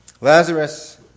Lazarus